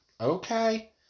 Okay